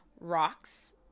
rocks